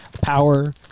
power